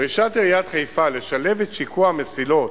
דרישת עיריית חיפה לשלב את שיקוע המסילות